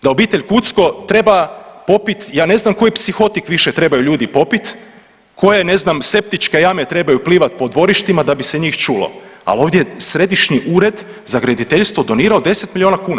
Da obitelj Kucko treba popit ja ne znam koji psihotik više trebaju ljudi popit, koje ne znam septičke jame trebaju plivat po dvorištima da bi se njih čulo, ali ovdje je Središnji ured za graditeljstvo donirao 10 miliona kuna.